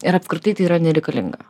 ir apskritai tai yra nereikalinga